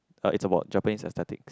uh it's about Japanese aesthetics